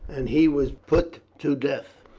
and he was put to death,